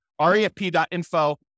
refp.info